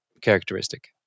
characteristic